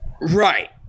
Right